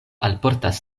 alportas